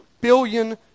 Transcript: billion